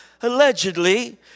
allegedly